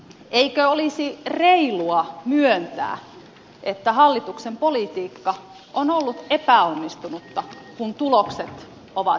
eikö olisi reilua myöntää että hallituksen politiikka on ollut epäonnistunutta kun tulokset ovat näin karuja